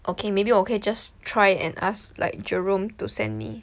okay maybe 我可以 just try and ask like Jerome to send me